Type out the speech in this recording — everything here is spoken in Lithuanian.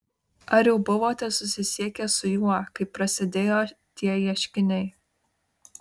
ar jau buvote susisiekęs su juo kai prasidėjo tie ieškiniai